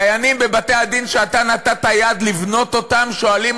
דיינים בבתי-הדין שאתה נתת יד לבנות שואלים